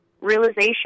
realization